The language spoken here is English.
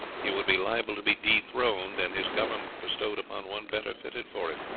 he would be liable to be dethroned, and his government bestowed upon one better fitted for it.